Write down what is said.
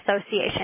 Association